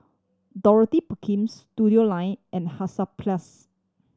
Dorothy Perkims and Hansaplast